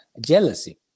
jealousy